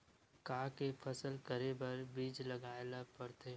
का के फसल करे बर बीज लगाए ला पड़थे?